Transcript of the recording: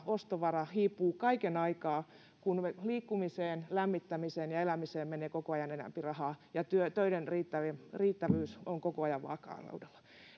ostovara hiipuu kaiken aikaa kun liikkumiseen lämmittämiseen ja elämiseen menee koko ajan enempi rahaa ja töiden riittävyys on koko ajan vaakalaudalla